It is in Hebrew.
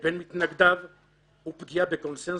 פגיעה בקונצנזוס.